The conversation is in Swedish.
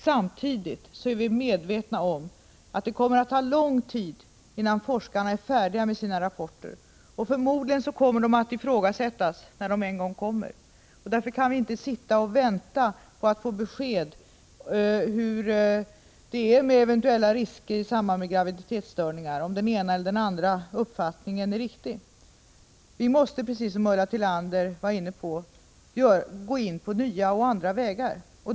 Samtidigt är vi medvetna om att det kommer att ta lång tid innan forskarna är färdiga med sina rapporter, och förmodligen kommer rapporterna att ifrågasättas när de en gång kommer. Därför kan vi inte sitta och vänta på att få besked hur det är med eventuella risker för graviditetsstörningar, om det är den ena eller den andra uppfattningen som är riktig. Vi måste, precis som Ulla Tillander sade, slå in på nya och andra vägar.